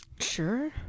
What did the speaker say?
Sure